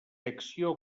acció